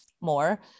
more